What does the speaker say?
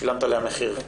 ושילמת עליה מחיר.